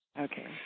Okay